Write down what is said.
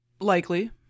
Likely